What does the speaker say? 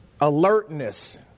alertness